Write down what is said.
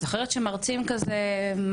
אני זוכרת שמרצים כזה,